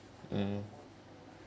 mm